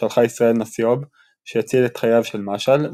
שלחה ישראל נסיוב שהציל את חייו של משעל,